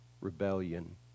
rebellion